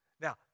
Now